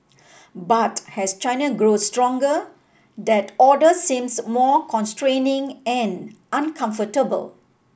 but as China grows stronger that order seems more constraining and uncomfortable